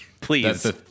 Please